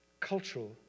Cultural